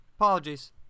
Apologies